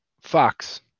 Fox